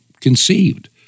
conceived